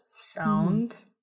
sound